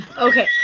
Okay